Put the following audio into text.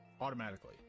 automatically